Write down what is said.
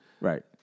Right